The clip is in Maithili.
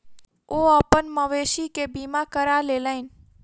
ओ अपन मवेशी के बीमा करा लेलैन